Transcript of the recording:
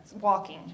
Walking